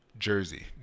Jersey